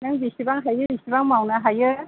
नों बिसिबां हायो इसिबां मावनो हायो